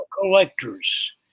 collectors